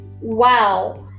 wow